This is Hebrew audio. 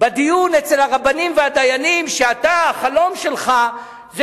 בדיון אצל הרבנים והדיינים שהחלום שלך הוא